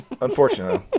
unfortunately